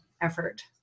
effort